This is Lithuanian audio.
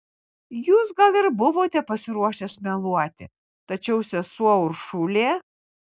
jūs gal ir buvote pasiruošęs meluoti tačiau sesuo uršulė